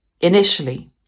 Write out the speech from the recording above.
initially